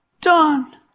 Done